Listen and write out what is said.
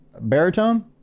baritone